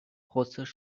russisch